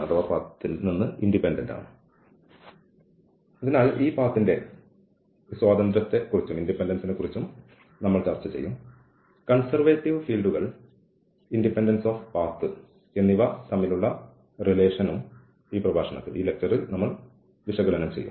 അതിനാൽ ഈ പാത്ത്ൻറെ സ്വാതന്ത്ര്യത്തെക്കുറിച്ചും നമ്മൾ ചർച്ച ചെയ്യും കൺസെർവേറ്റീവ് ഫീൽഡുകൾ ഇൻഡിപെൻഡൻസ് ഓഫ് പാത്ത് എന്നിവ തമ്മിലുള്ള ബന്ധവും ഈ പ്രഭാഷണത്തിൽ വിശകലനം ചെയ്യും